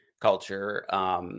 culture